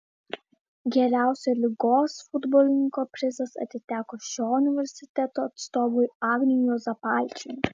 geriausio lygos futbolininko prizas atiteko šio universiteto atstovui agniui juozapaičiui